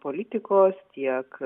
politikos tiek